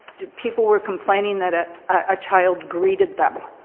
people were complaining that a ah child greeted them.